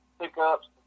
pickups